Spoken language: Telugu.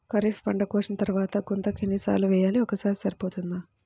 ఖరీఫ్ పంట కోసిన తరువాత గుంతక ఎన్ని సార్లు వేయాలి? ఒక్కసారి సరిపోతుందా?